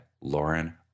Lauren